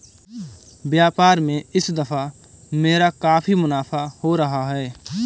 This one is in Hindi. व्यापार में इस दफा मेरा काफी मुनाफा हो रहा है